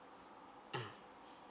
mm